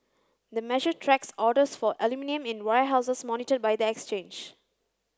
the measure tracks orders for aluminium in warehouses monitored by the exchange